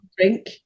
drink